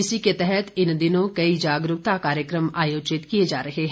इसके तहत इन दिनों कई जागरूकता कार्यक्रम आयोजित किए जा रहे हैं